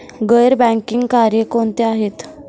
गैर बँकिंग कार्य कोणती आहेत?